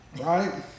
right